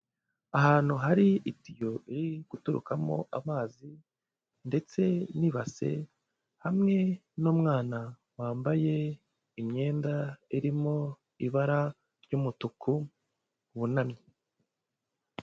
Ahantu hari itiyo iri guturukamo amazi ndetse n'ibase, hamwe n'umwana wambaye imyenda irimo ibara ry'umutuku wunamye.